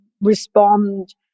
respond